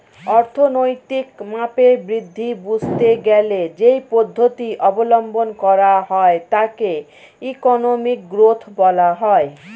অর্থনৈতিক মাপের বৃদ্ধি বুঝতে গেলে যেই পদ্ধতি অবলম্বন করা হয় তাকে ইকোনমিক গ্রোথ বলা হয়